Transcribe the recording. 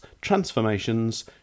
Transformations